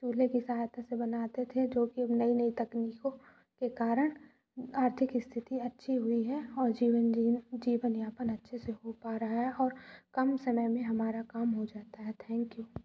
चुल्हे की सहायता से बनाते थे जो कि अब नई नई तकनीकों के कारण आर्थिक स्थिति अच्छी हुई है और जीवन जी जीवन यापन अच्छे से हो पा रहा है और कम समय में हमारा काम हो जाता है थैंक यु